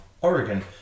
Oregon